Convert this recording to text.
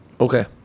Okay